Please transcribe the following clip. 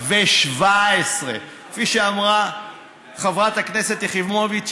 כפי שאמרה חברת הכנסת יחימוביץ,